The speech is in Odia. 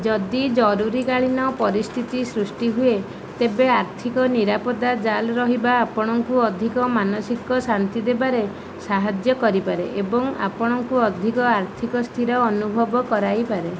ଯଦି ଜରୁରୀକାଳୀନ ପରିସ୍ଥିତି ସୃଷ୍ଟି ହୁଏ ତେବେ ଆର୍ଥିକ ନିରାପତ୍ତା ଜାଲ ରହିବା ଆପଣଙ୍କୁ ଅଧିକ ମାନସିକ ଶାନ୍ତି ଦେବାରେ ସାହାଯ୍ୟ କରିପାରେ ଏବଂ ଆପଣଙ୍କୁ ଅଧିକ ଆର୍ଥିକ ସ୍ଥିର ଅନୁଭବ କରାଇପାରେ